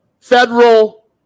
Federal